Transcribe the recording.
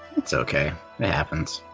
it's okay, that happens.